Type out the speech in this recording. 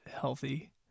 healthy